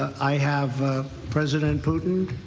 i have president putin,